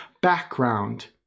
background